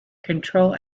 control